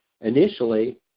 initially